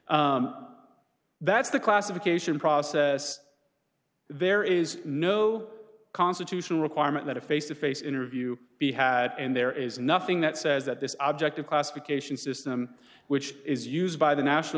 that's the classification process there is no constitutional requirement that a face to face interview be had and there is nothing that says that this object of classification system which is used by the national